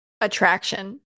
attraction